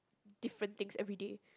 different things everyday